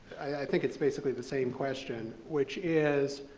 i think it's basically the same question, which is,